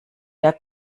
der